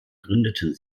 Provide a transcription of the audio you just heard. gründeten